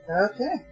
Okay